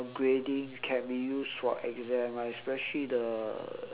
grading can be used for exam ah especially the